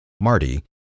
Marty